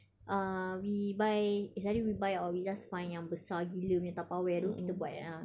uh we buy it's either we buy or we just find yang besar gila punya tupperware tu kita buat yang